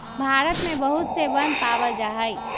भारत में बहुत से वन पावल जा हई